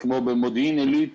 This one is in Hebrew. ובמודיעין עילית,